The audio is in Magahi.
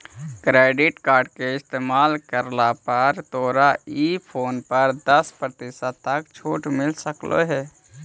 क्रेडिट कार्ड के इस्तेमाल करला पर तोरा ई फोन पर दस प्रतिशत तक छूट मिल सकलों हे